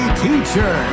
teacher